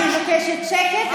אני מבקשת שקט,